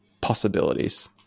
possibilities